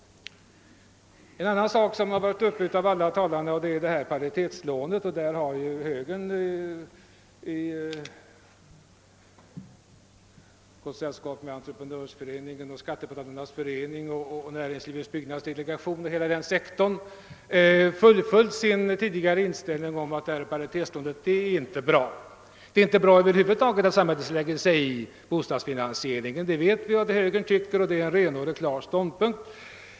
En annan sak som berörts av alla talare är paritetslånet. Här har moderata samlingspartiet i gott sällskap med Entreprenörsföreningen, Skattebetalarnas förening, Näringslivets byggnadsdelegation och hela den sektorn hållit fast vid sin tidigare inställning att paritetslånet inte är bra liksom inte heller att samhället över huvud taget lägger sig i bostadsfinansieringen. Det vet vi att man tycker i moderata samlingspartiet, och det är en klar och renhårig ståndpunkt.